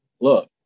look